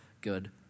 good